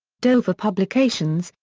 dover publications,